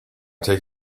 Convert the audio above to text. take